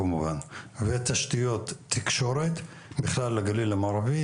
כמובן ותשתיות תקשורת בכלל בגליל המערבי,